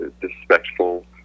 disrespectful